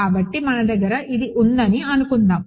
కాబట్టి మన దగ్గర ఇది ఉందని అనుకుందాం